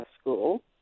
school